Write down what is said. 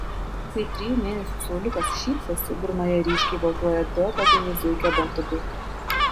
kai trijų mėnesių sauliukas šypsosi burnoje ryškiai baltuoja du apatiniai zuikio dantukai